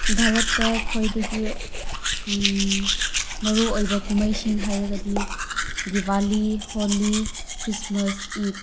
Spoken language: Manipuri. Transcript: ꯚꯥꯔꯠꯇ ꯈ꯭ꯋꯥꯏꯗꯒꯤ ꯃꯔꯨ ꯑꯣꯏꯕ ꯀꯨꯝꯍꯩꯁꯤꯡ ꯍꯥꯏꯔꯒꯗꯤ ꯗꯤꯋꯥꯂꯤ ꯍꯣꯂꯤ ꯈ꯭ꯔꯤꯁꯃꯥꯁ ꯏꯠ